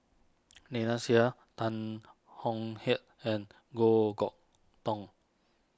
Seah Tan Tong Hye and Goh Chok Tong